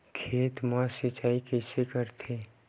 खेत मा सिंचाई कइसे करथे?